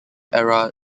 era